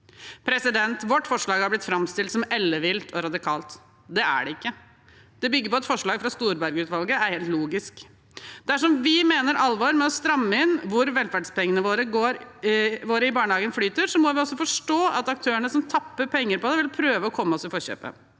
penger. Vårt forslag har blitt framstilt som ellevilt og radikalt. Det er det ikke. Det bygger på et forslag fra Storberget-utvalget og er helt logisk. Dersom vi mener alvor med å stramme inn på hvor velferdspengene våre i barnehagene flyter, må vi også forstå at aktørene som tapper penger på det, vil prøve å komme oss i forkjøpet.